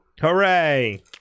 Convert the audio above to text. hooray